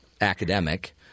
academic